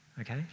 okay